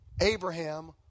Abraham